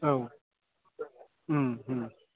औ